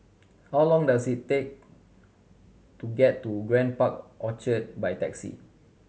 how long does it take to get to Grand Park Orchard by taxi